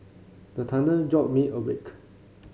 the thunder jolt me awake